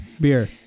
Beer